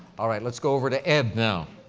all right, let's go over to ed, now.